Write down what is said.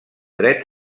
dret